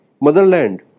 motherland